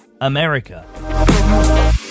America